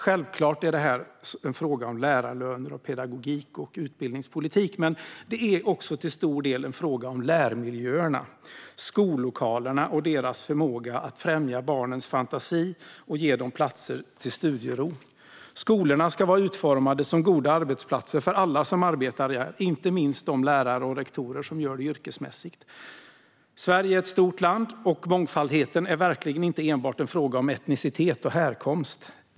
Självklart är detta en fråga om lärarlöner, pedagogik och utbildningspolitik, men det är till stor del en fråga även om lärmiljöerna - skollokalerna och deras förmåga att främja barnens fantasi samt ge dem platser för studiero. Skolorna ska vara utformade som goda arbetsplatser för alla som arbetar där, inte minst de lärare och rektorer som gör det yrkesmässigt. Sverige är ett stort land, och mångfalden är verkligen inte enbart en fråga om etnicitet och härkomst.